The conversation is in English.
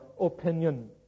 opinion